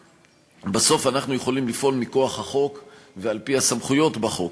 שבסוף אנחנו יכולים לפעול מכוח החוק ועל-פי הסמכויות בחוק,